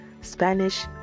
Spanish